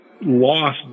lost